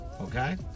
okay